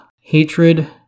hatred